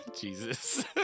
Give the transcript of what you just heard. Jesus